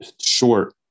Short